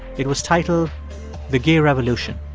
it was titled the gay revolution.